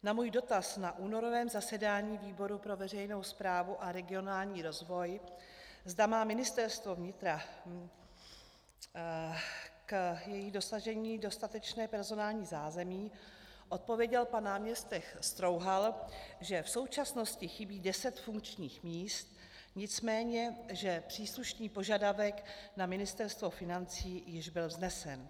Na můj dotaz na únorovém zasedání výboru pro veřejnou správu a regionální rozvoj, zda má Ministerstvo vnitra k jejich dosažení dostatečné personální zázemí, odpověděl pan náměstek Strouhal, že v současnosti chybí deset funkčních míst, nicméně že příslušný požadavek na Ministerstvo financí již byl vznesen.